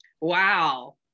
wow